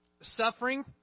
Suffering